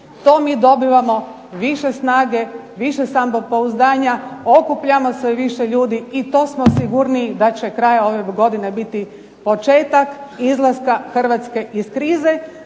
to mi dobivamo više snage, više samopouzdanja, okupljamo sve više ljudi i to smo sigurniji da će kraj ove godine biti početak izlaska Hrvatske iz krize,